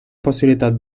possibilitat